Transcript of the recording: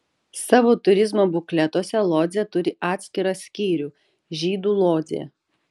savo turizmo bukletuose lodzė turi atskirą skyrių žydų lodzė